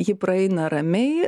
ji praeina ramiai